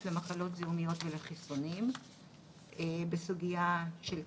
למחלות זיהומיות ולחיסונים בסוגיה של תעדוף,